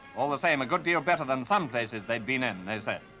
all the same, a good deal better than some places they'd been in, they said.